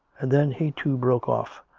and then he, too, broke off,